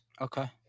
Okay